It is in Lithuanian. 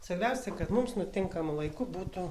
svarbiausia kad mums nutinkamu laiku būtų